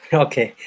okay